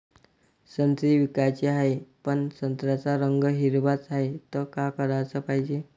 संत्रे विकाचे हाये, पन संत्र्याचा रंग हिरवाच हाये, त का कराच पायजे?